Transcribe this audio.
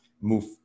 move